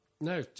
No